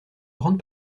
grande